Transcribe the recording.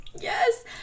Yes